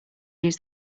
use